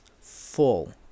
full